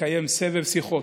לקיים סבב שיחות,